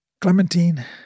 Clementine